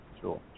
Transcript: Sure